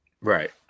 Right